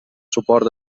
suport